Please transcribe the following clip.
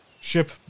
Ship